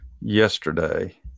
yesterday